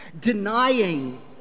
denying